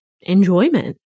enjoyment